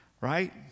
right